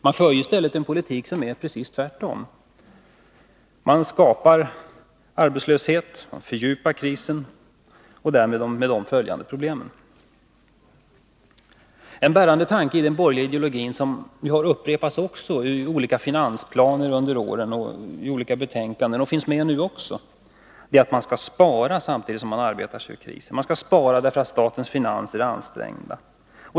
Man för i stället en politik som tvärtom skapar arbetslöshet, fördjupar krisen och förvärrar de därmed följande problemen. En bärande tanke i den borgerliga ideologin — som genom åren har upprepats i olika finansplaner och betänkanden och som också finns med nu — är att man, samtidigt som man arbetar sig ur krisen, skall spara därför att statens finanser är ansträngda.